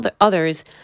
others